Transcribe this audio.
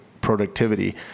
productivity